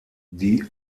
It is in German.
die